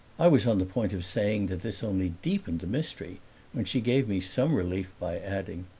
i was on the point of saying that this only deepened the mystery when she gave me some relief by adding,